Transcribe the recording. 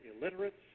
illiterates